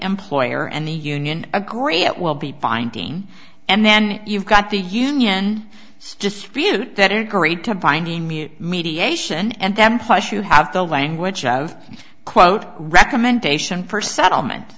employer and the union agree it will be binding and then you've got the union dispute that are great to finding mediation and then plus you have the language of quote recommendation for settlement